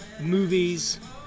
movies